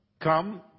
come